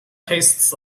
tastes